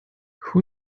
who